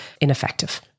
ineffective